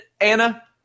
Anna